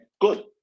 Good